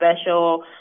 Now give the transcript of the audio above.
special